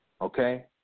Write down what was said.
Okay